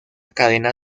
cadena